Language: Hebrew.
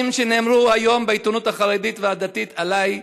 שנאמרו היום בעיתונות החרדית והדתית עלי.